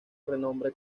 renombre